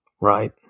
Right